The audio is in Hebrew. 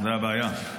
זו הבעיה.